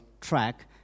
track